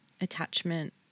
attachment